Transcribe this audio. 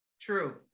True